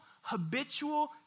habitual